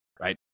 Right